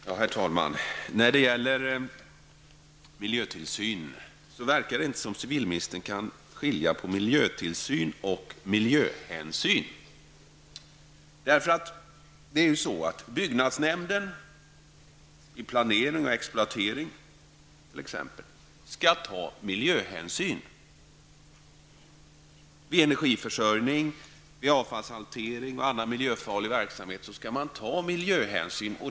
Herr talman! När det gäller miljötillsynen verkar det inte som civilministern kan skilja på miljötillsyn och miljöhänsyn. Byggnadsnämnden skall ta miljöhänsyn vid t.ex. planering och exploatering. Vid energiförsörjning, avfallshantering och andra miljöfarliga verksamheter skall man ta miljöhänsyn.